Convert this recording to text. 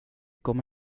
komma